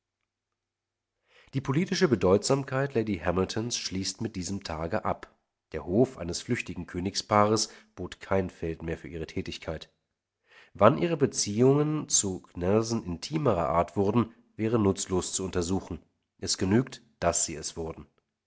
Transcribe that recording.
die politische bedeutsamkeit lady hamiltons schließt mit diesem tage ab der hof eines flüchtigen königspaares bot kein feld mehr für ihre tätigkeit wann ihre beziehungen zu nelson intimerer art wurden wäre nutzlos zu untersuchen es genügt daß sie es wurden